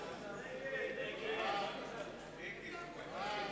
לסעיף 06, משרד הפנים (קידום תוכניות